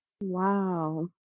wow